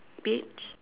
beige